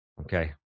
Okay